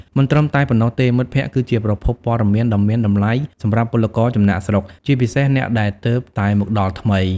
មិនត្រឹមតែប៉ុណ្ណោះទេមិត្តភក្តិគឺជាប្រភពព័ត៌មានដ៏មានតម្លៃសម្រាប់ពលករចំណាកស្រុក ជាពិសេសអ្នកដែលទើបតែមកដល់ថ្មី ។